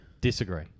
Disagree